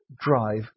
drive